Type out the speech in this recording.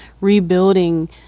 rebuilding